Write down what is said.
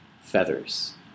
Feathers